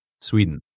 Sweden